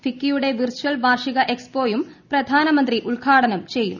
ഫിക്കിയുടെ virtual വാർഷിക എക്സ്പോയും പ്രധാനമന്ത്രി ഉദ്ഘാടനം ചെയ്യും